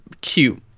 cute